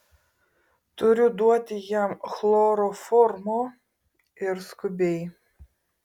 turiu duoti jam chloroformo ir skubiai